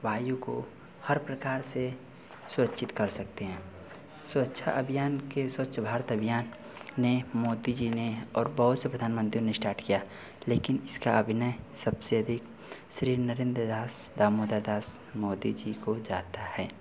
वायु को हर प्रकार से सुरक्षित कर सकते हैं सुरक्षा अभियान के स्वच्छ भारत अभियान ने मोदी जी ने और बहुत से प्रधानमंत्रियों से स्टार्ट किया लेकिन इसका अभिनय सबसे अधिक श्री नरेंद्र दास दामोदर दास मोदी जी को जाता है